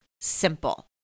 simple